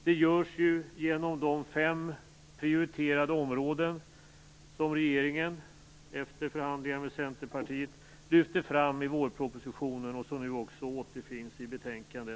Det görs ju genom de fem prioriterade områden som regeringen efter förhandlingar med Centerpartiet lyfte fram i vårpropositionen och som nu också återfinns i betänkandet.